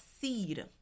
seed